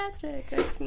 Fantastic